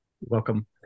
Welcome